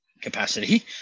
capacity